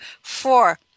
Four